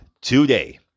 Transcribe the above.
today